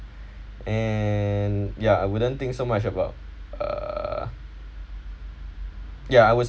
and ya I wouldn't think so much about err ya I was